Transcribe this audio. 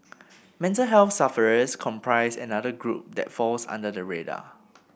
mental health sufferers comprise another group that falls under the radar